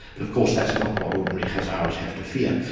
but of course that's not what ordinary hazaras have to fear.